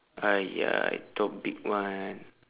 !aiya! I thought big one